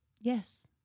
Yes